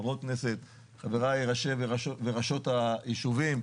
חברות כנסת, חבריי ראשי וראשות היישובים.